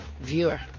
viewer